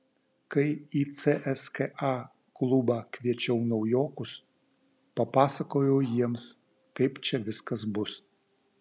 kai į cska klubą kviečiau naujokus papasakojau jiems kaip čia viskas bus